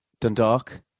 Dundalk